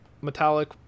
Metallic